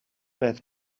peth